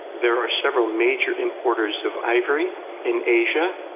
there are several major importers of ivory in asia.